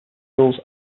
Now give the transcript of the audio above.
tools